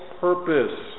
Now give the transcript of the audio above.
purpose